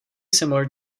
similar